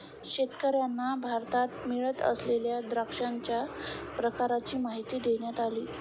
शेतकर्यांना भारतात मिळत असलेल्या द्राक्षांच्या प्रकारांची माहिती देण्यात आली